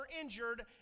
injured